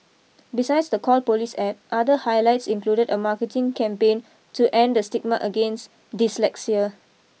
besides the Call Police App other highlights included a marketing campaign to end the stigma against dyslexia